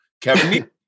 Kevin